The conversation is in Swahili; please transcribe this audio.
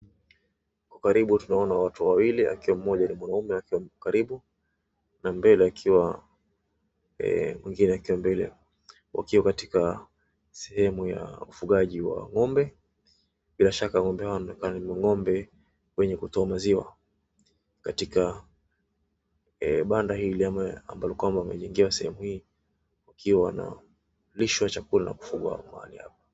Kwa karibu tunaona watu wawili akiwa mmoja ni mwanaume akiwa karibu na mbele akiwa mwingine akiwa mbele wakiwa katika sehemu ya ufugaji wa ng'ombe, bila shaka ng'ombe hawa ni mang'ombe wenye kutoa maziwa, katika banda hili ama ambalo kwamba wamejengewa sehemu hii wakiwa na lishwa chakula kufgwa mahali hapa.